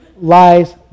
lies